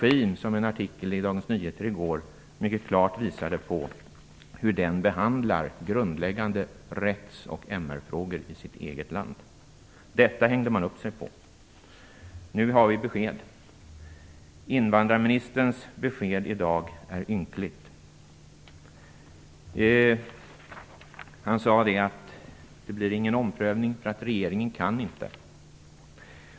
I en artikel i Dagens Nyheter i går visades mycket klart hur denna regim behandlar grundläggande rätts och MR-frågor i sitt eget land. Detta hängde man upp sig på. Nu har vi besked. Invandrarministerns besked i dag är ynkligt. Han sade att det inte blir någon omprövning, eftersom regeringen inte kan göra någon sådan.